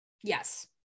Yes